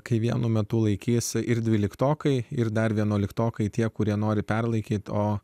kai vienu metu laikėsi ir dvyliktokai ir dar vienuoliktokai tie kurie nori perlaikyti o